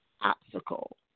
obstacle